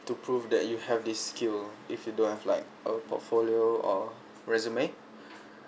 to prove that you have this skill if you don't have like a portfolio or resume